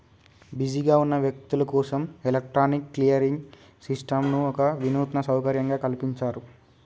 బిజీగా ఉన్న వ్యక్తులు కోసం ఎలక్ట్రానిక్ క్లియరింగ్ సిస్టంను ఒక వినూత్న సౌకర్యంగా కల్పించారు